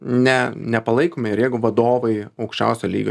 ne nepalaikome ir jeigu vadovai aukščiausio lygio